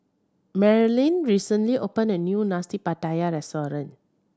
Marilynn recently opened a new Nasi Pattaya